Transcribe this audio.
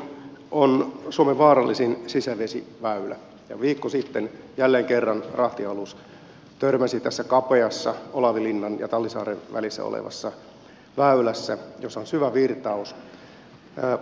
kyrönsalmi on suomen vaarallisin sisävesiväylä ja viikko sitten jälleen kerran rahtialus törmäsi tässä kapeassa olavinlinnan ja tallisaaren välissä olevassa väylässä jossa on syvä virtaus